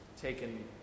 taken